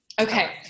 Okay